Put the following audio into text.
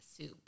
soup